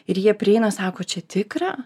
ir jie prieina sako čia tikra